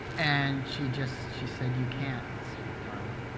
and she just she said, you can't, darling.